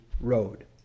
road